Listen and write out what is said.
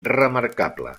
remarcable